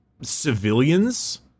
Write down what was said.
civilians